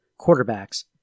quarterbacks